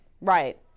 Right